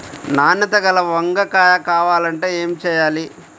నాణ్యత గల వంగ కాయ కావాలంటే ఏమి చెయ్యాలి?